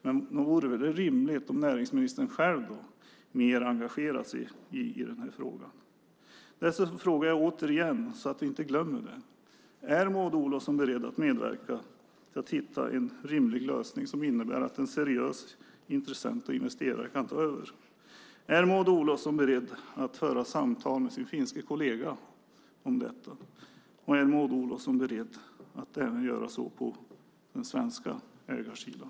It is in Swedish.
Men nog vore det väl rimligt att näringsministern själv mer engagerade sig i den här frågan. Jag frågar återigen så att vi inte glömmer det: Är Maud Olofsson beredd att medverka till att hitta en rimlig lösning som innebär att en seriös intressent och investerare kan ta över? Är Maud Olofsson beredd att föra samtal med sin finske kollega om detta? Och är Maud Olofsson beredd att göra så även på den svenska ägarsidan?